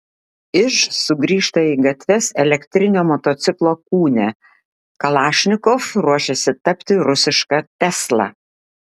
iž sugrįžta į gatves elektrinio motociklo kūne kalašnikov ruošiasi tapti rusiška tesla